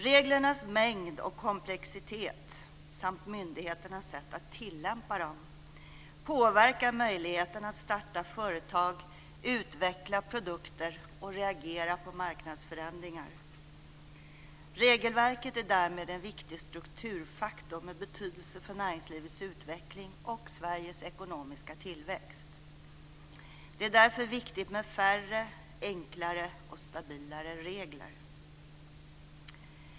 Reglernas mängd och komplexitet, samt myndigheternas sätt att tillämpa dem, påverkar möjligheten att starta företag, utveckla produkter och reagera på marknadsförändringar. Regelverket är därmed en viktig strukturfaktor med betydelse för näringslivets utveckling och Sveriges ekonomiska tillväxt. Det är därför viktigt med färre, enklare och stabilare regler.